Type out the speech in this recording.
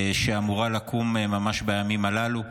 שאמורה לקום ממש בימים הללו.